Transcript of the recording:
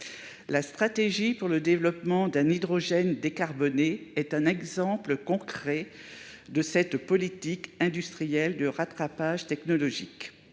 La stratégie pour le développement d'un hydrogène décarboné est un exemple concret de cette politique industrielle de rattrapage technologique.